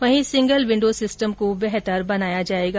वहीं single window system को बेहतर बनाया जायेगा